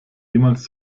jemals